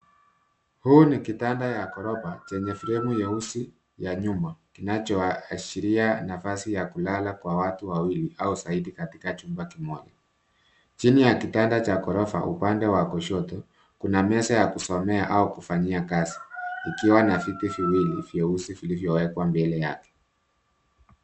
Huu ni kitanda ya ghorofa chenye fremu nyeusi ya nyuma kinachoashiria nafasi ya kulala kwa watu wawili au zaidi katika chumba kimoja. Chini ya kitanda cha ghorofa, upande wa kushoto, kuna meza ya kusomea au kufanyia kazi, ikiwa na viti viwili vyeusi vilivyowekwa mbele yake.